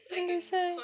mm that's why